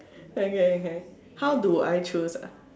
okay okay how do I choose ah